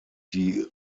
die